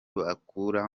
bakura